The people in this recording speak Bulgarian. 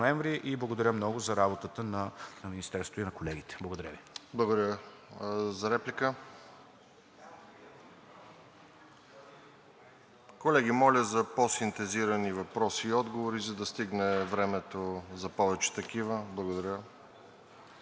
Благодаря много за работата на Министерството и на колегите. Благодаря Ви. ПРЕДСЕДАТЕЛ РОСЕН ЖЕЛЯЗКОВ: Благодаря. Реплика? Колеги, моля за по-синтезирани въпроси и отговори, за да стигне времето за повече такива. Благодаря.